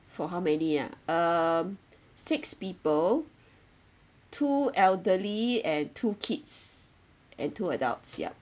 for how many ah uh six people two elderly and two kids and two adults yup